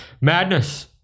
Madness